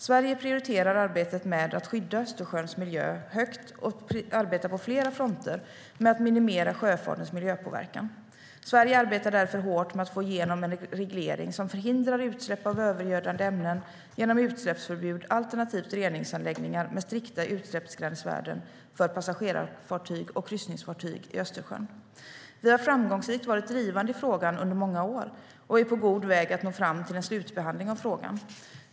Sverige prioriterar arbetet med att skydda Östersjöns miljö högt och arbetar på flera fronter med att minimera sjöfartens miljöpåverkan. Sverige arbetar därför hårt med att få igenom en reglering som förhindrar utsläpp av övergödande ämnen genom utsläppsförbud alternativt reningsanläggningar med strikta utsläppsgränsvärden för passagerarfartyg och kryssningsfartyg i Östersjön. Vi har framgångsrikt varit drivande i frågan under många år och är på god väg att nå en slutbehandling av frågan.